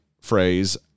phrase